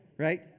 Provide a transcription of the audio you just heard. Right